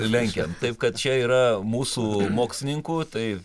lenkiam taip kad čia yra mūsų mokslininkų tai